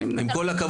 עם כל הכבוד,